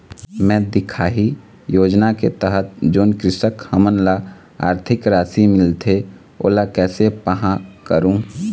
मैं दिखाही योजना के तहत जोन कृषक हमन ला आरथिक राशि मिलथे ओला कैसे पाहां करूं?